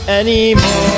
anymore